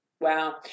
Wow